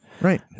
right